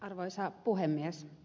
arvoisa puhemies